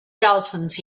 dolphins